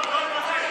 לא, לוותר.